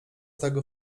tego